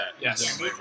Yes